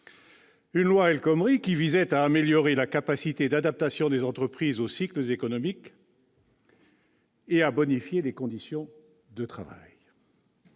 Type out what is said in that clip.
la loi El Khomri visait à améliorer la capacité d'adaptation des entreprises aux cycles économiques et les conditions de travail.